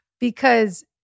Because-